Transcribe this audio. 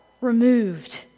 removed